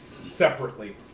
separately